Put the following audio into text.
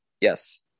Yes